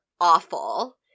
awful